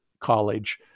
college